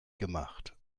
gemacht